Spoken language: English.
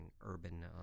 urban